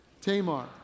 Tamar